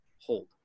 hold